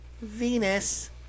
Venus